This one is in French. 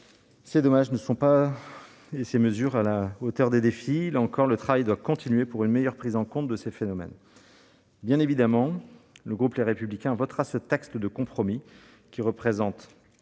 des sols argileux ne sont pas à la hauteur des défis. Là encore, le travail doit continuer pour une meilleure prise en compte de ces phénomènes. Bien évidemment, le groupe Les Républicains votera ce texte de compromis qui, malgré ses